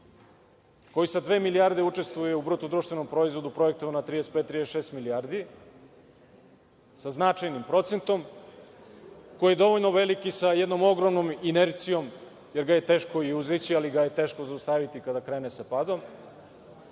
koji sa dve milijarde učestvuje u BDP, projektovan na 35-36 milijardi, sa značajnim procentom, koji je dovoljno veliki sa jednom ogromnom inercijom, jer ga je teško i uzdići, ali ga je teško zaustaviti kada krene sa padom,